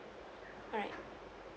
alright